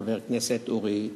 חבר הכנסת אורי אריאל.